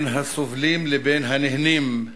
בין הסובלים לבין הנהנים,